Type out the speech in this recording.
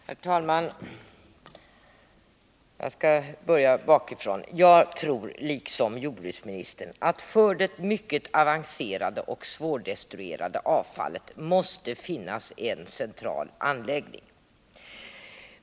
Herr talman! Jag skall börja bakifrån: Jag tror liksom jordbruksministern att det för det mycket avancerade och svårdestruerade avfallet måste finnas en central anläggning.